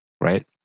right